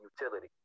utility